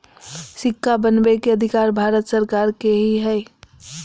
सिक्का बनबै के अधिकार भारत सरकार के ही हइ